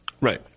right